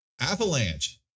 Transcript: avalanche